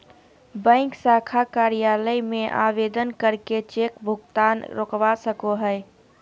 bank शाखा कार्यालय में आवेदन करके चेक भुगतान रोकवा सको हय